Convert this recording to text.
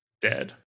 dead